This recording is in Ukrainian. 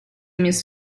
міс